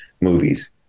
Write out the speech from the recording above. movies